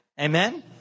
Amen